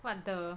what the